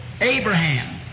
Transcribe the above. Abraham